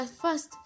first